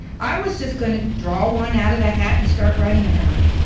i was just going to draw one out of the hat and start writing about it.